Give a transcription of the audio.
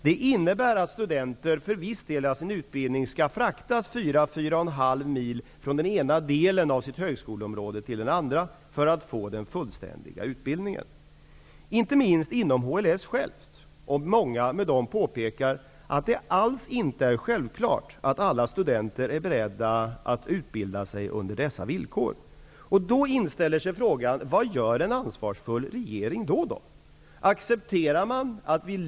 Det innebär att studenter för viss del av sin utbildning skall fraktas 4--4,5 mil från den ena delen av högskoleområdet till den andra för att de skall få fullständig utbildning. Inte minst inom HLS påpekar man -- och det gör många andra också -- att det alls inte är självklart att alla studenter är beredda att utbilda sig under dessa villkor. Då inställer sig frågan: Vad gör en ansvarsfull regeringen i det fallet?